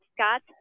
Scott